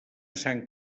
sant